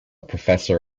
professor